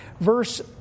Verse